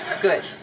good